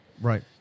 right